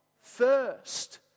first